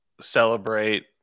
celebrate